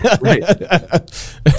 right